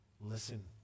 listen